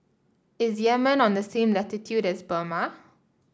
is Yemen on the same latitude as Burma